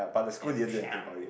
and a